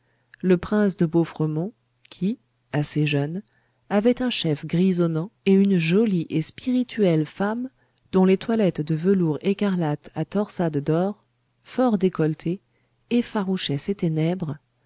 le prince de beauffremont qui assez jeune avait un chef grisonnant et une jolie et spirituelle femme dont les toilettes de velours écarlate à torsades d'or fort décolletées effarouchaient ces ténèbres